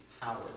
power